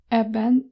ebben